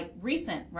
recent